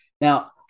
now